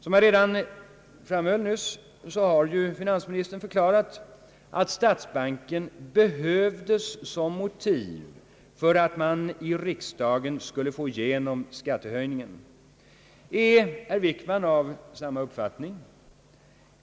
Som jag framhöll har finansministern förklarat att statsbanken behövdes som motiv för att man i riksdagen skulle få igenom skatte höjningen. Är herr Wickman av samma uppfattning?